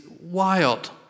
wild